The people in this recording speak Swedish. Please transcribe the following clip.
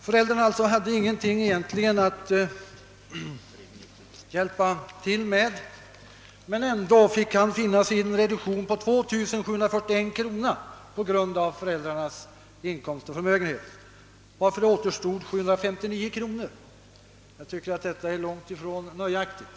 Föräldrarna hade alltså ingenting att hjälpa till med men ändå fick den stu derande finna sig i en reduktion på 2741 kronor på grund av föräldrarnas inkomst och förmögenhet, varför det återstod 759 kronor. Jag tycker att detta är långtifrån nöjaktigt.